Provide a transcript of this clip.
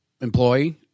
employee